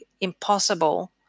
impossible